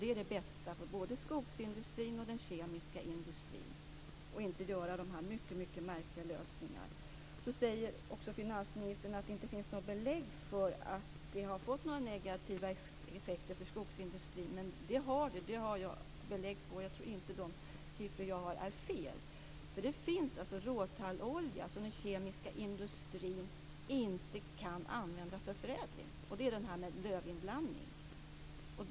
Det vore det bästa både för skogsindustrin och för den kemiska industrin, i stället för dessa mycket märkliga lösningar. Finansministern säger också att det inte finns belägg för några negativa effekter för skogsindustrin. Men jag har belägg för det, och jag tror inte att de siffror jag har är felaktiga. Det finns alltså råtallolja som den kemiska industrin inte kan använda för förädling, och det är den som har lövinblandning.